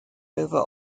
over